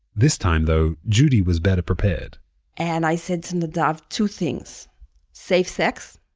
this time, though, judy was better prepared and i said to nadav, two things safe sex,